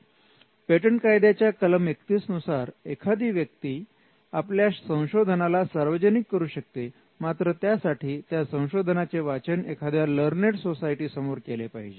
patent कायद्याच्या कलम 31 नुसार एखादी व्यक्ती आपल्या संशोधनाला सार्वजनिक करू शकते मात्र त्यासाठी त्या संशोधनाचे वाचन एखाद्या लर्नेड सोसायटी समोर केले पाहिजे